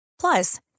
Plus